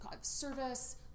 service